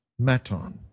maton